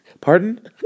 Pardon